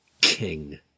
king